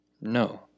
No